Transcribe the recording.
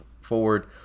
Forward